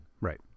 right